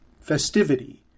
festivity